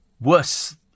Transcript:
worse